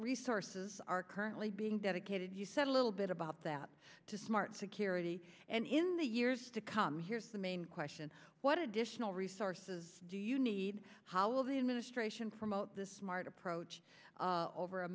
resources are currently being dedicated you said a little bit about that to smart security and in the years to come here's the main question what additional resources do you need how will the administration from out this smart approach over a